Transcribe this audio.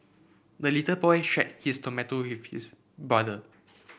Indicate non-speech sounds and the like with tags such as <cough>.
the little boy shared his tomato <unintelligible> his brother